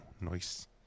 nice